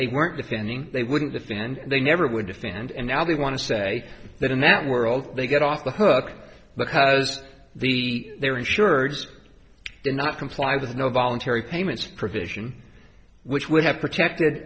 they weren't defending they wouldn't defend they never would defend and now they want to say that in that world they got off the hook because the they were insured did not comply with no voluntary payments provision which would have protected